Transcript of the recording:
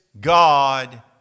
God